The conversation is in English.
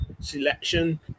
selection